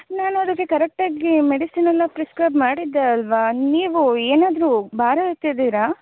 ನಾನು ಅದಕ್ಕೆ ಕರೆಕ್ಟಾಗಿ ಮೆಡಿಸಿನೆಲ್ಲ ಪ್ರಿಸ್ಕ್ರೈಬ್ ಮಾಡಿದ್ದೆ ಅಲ್ಲವಾ ನೀವು ಏನಾದರು ಭಾರ ಎತ್ತಿದ್ದೀರಾ